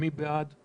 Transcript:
מי בעד?